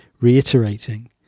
reiterating